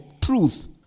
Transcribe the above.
truth